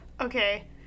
Okay